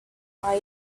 while